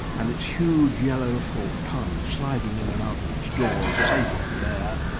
and its huge yellow forked tongue sliding in and out of its jaws, savouring the air,